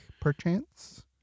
perchance